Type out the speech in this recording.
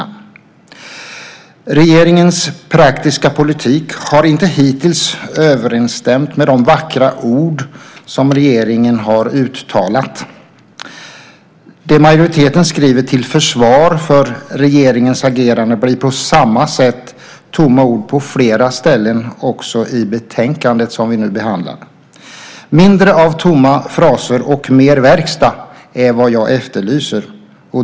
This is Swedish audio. Regeringens praktiska politik har inte hittills överensstämt med de vackra ord som regeringen har uttalat. Det majoriteten skriver till försvar för regeringens agerande blir på samma sätt tomma ord på flera ställen också i det betänkande som vi nu behandlar. Mindre av tomma fraser och mer verkstad är vad jag efterlyser.